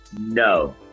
No